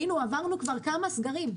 עברנו כבר כמה סגרים.